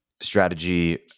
strategy